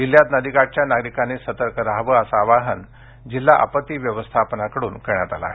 जिल्ह्यात नदी काठच्या नागरीकांनी सर्तक राहावं असं आवाहन जिल्हा आपत्ती व्यवस्थापनाकडून करण्यात आलं आहे